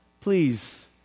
Please